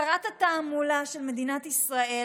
שרת התעמולה של מדינת ישראל